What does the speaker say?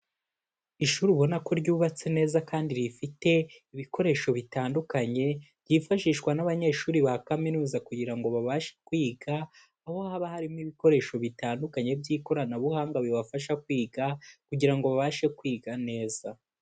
Ishuri ubona ko ryubatse neza kandi rifite ibikoresho bitandukanye byifashishwa n'abanyeshuri ba kaminuza kugira ngo babashe kwiga, aho haba harimo ibikoresho bitandukanye by'ikoranabuhanga bibafasha kwiga kugira babashe kwiga neza.